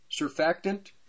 surfactant